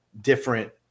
different –